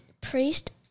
priest